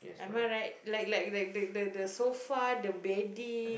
am I right like like like the the sofa the bedding